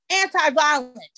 anti-violence